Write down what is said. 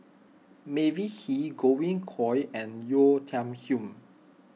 Mavis Hee Godwin Koay and Yeo Tiam Siew